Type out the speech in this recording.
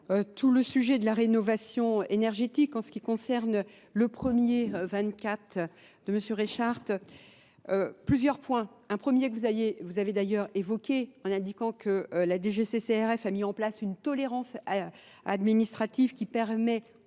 tout le sujet de la rénovation énergétique en ce qui concerne le premier 24 de Monsieur Richard. Plusieurs points, un premier que vous avez d'ailleurs évoqué en indiquant que la DGCCRF a mis en place une tolérance administrative qui permet aux